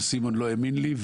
וסימון לא האמין לי,